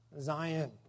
Zion